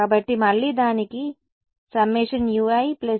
కాబట్టి మళ్లీ దానికి ∑ui vi e1 ఉంటుంది